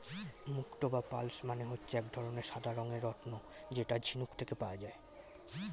মুক্তো বা পার্লস মানে হচ্ছে এক ধরনের সাদা রঙের রত্ন যেটা ঝিনুক থেকে পাওয়া যায়